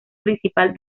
principal